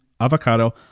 avocado